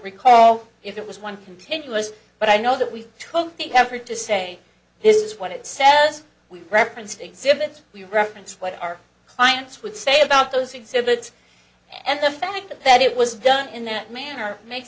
recall if it was one continuous but i know that we took the effort to say this is what it says we referenced exhibits we reference what our clients would say about those exhibits and the fact that it was done in that manner makes